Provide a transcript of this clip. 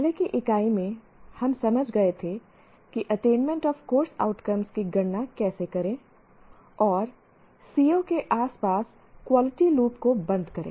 पहले की इकाई में हम समझ गए थे कि अटेनमेंट ऑफ कोर्स आउटकम्स की गणना कैसे करेंऔर COs के आसपास क्वालिटी लूप को बंद करें